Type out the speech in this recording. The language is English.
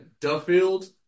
Duffield